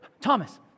Thomas